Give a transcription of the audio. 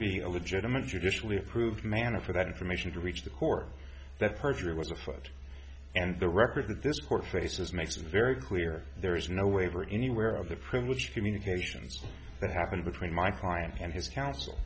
be a legitimate judicially approved manner for that information to reach the court that perjury was afoot and the record this court faces makes it very clear there is no waiver anywhere of the privileged communications that happened between my client and his counsel